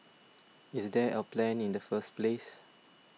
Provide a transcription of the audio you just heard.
is there a plan in the first place